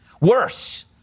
Worse